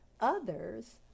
others